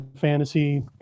fantasy